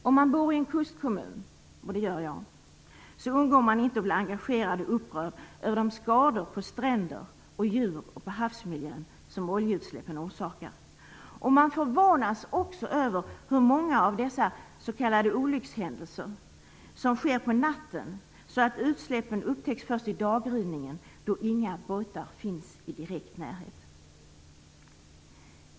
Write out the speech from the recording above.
Om man bor i en kustkommun, vilket jag gör, undgår man inte att bli engagerad i och upprörd över de skador på stränder, djur och havsmiljö som oljeutsläppen orsakar. Man förvånas också över hur många av dessa s.k. olyckshändelser som sker på natten, så att utsläppen upptäcks först i daggryningen, då inga båtar finns i direkt närhet.